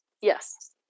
yes